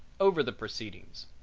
over the proceedings.